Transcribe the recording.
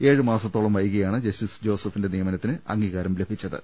ഏഴ് മാസത്തോളം വൈകിയാണ് ജസ്റ്റിസ് ജോസഫിന്റെ നിയമനത്തിന് അംഗീകാരം ലഭിച്ചത്